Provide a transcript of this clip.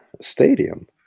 stadium